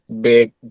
big